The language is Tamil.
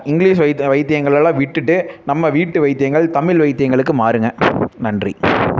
இங்கிலீஷ் வைத்த வைத்தியங்களெல்லாம் விட்டுட்டு நம்ம வீட்டு வைத்தியங்கள் தமிழ் வைத்தியங்களுக்கு மாறுங்கள் நன்றி